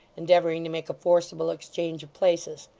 endeavouring to make a forcible exchange of places